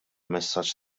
messaġġ